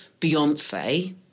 Beyonce